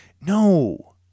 No